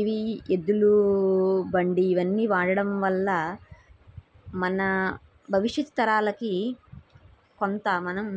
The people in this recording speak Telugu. ఇవి ఎద్దులు బండి ఇవన్నీ వాడడం వల్ల మన భవిష్యత్తు తరాలకి కొంత మనం